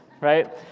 right